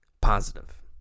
positive